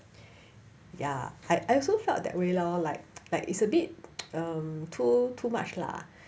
ya I I also felt that way lor like like it's a bit too too much lah